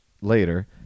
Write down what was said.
later